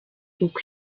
uko